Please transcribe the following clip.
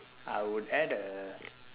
I would add a